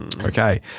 Okay